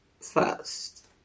first